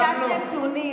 שלמה קרעי,